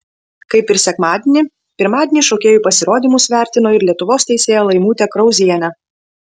kaip ir sekmadienį pirmadienį šokėjų pasirodymus vertino ir lietuvos teisėja laimutė krauzienė